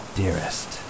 dearest